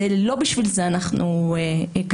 לא בשביל זה אנחנו הגענו.